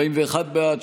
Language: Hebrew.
זו העלות.